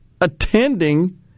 Attending